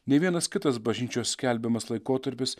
nei vienas kitas bažnyčios skelbiamas laikotarpis